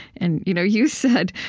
and you know you said,